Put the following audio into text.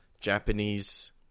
Japanese